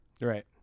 right